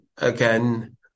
Again